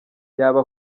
yaba